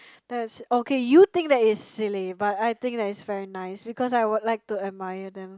that's okay you think that is silly but I think that it's very nice because I would like to admire them